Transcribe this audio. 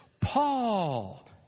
Paul